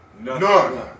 none